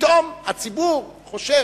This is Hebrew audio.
פתאום הציבור חושב,